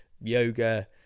yoga